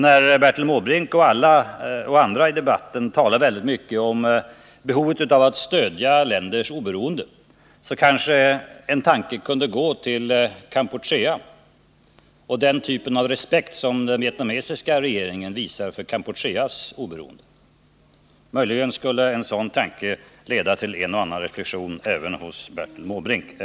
När Bertil Måbrink och andra i debatten talar väldigt mycket om behovet av att stödja länders oberoende kanske en tanke kunde gå till Kampuchea och till den respekt som den vietnamesiska regeringen visar för Kampucheas strävan efter oberoende. Möjligen skulle detta kunna leda till en och annan reflexion även hos Bertil Måbrink.